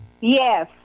Yes